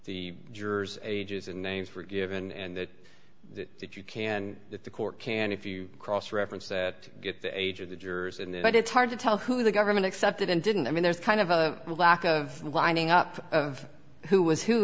the jurors ages and names were given and that if you can that the court can if you cross reference that get the age of the jurors and it's hard to tell who the government accepted and didn't i mean there's kind of a lack of winding up of who was who